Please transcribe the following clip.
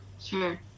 Sure